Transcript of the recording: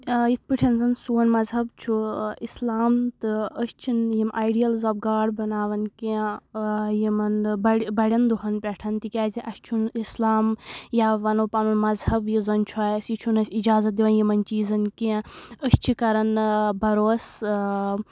یتھ پٲٹھۍ زن سون مذہب چھُ اسلام تہٕ أسۍ چھِنہٕ یِم ایڈِیلز آف گاڈ بناوان کینٛہہ یِمن نہٕ بڑٮ۪ن دۄہن پٮ۪ٹھ تِکیازِ اسہِ چھُنہٕ اسلام یا ونو پنُن مذہب یُس زن چھُ اسہِ یہِ چھُنہٕ اسہِ اجازت دِوان یِمن چیزن کینٛہہ أسۍ چھِ کرن اۭں بروسہٕ اۭں